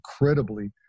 incredibly